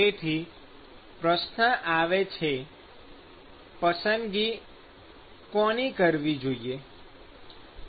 તેથી પ્રશ્ન આવે છે પસંદગી કોની કરવી જોઈએ